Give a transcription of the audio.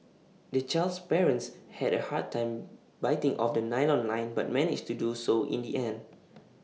the child's parents had A hard time biting off the nylon line but managed to do so in the end